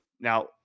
Now